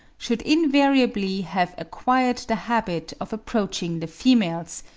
should invariably have acquired the habit of approaching the females,